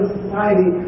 society